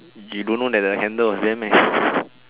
you don't know that the handle was there meh